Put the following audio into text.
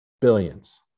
Billions